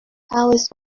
alice